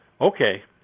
Okay